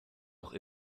auch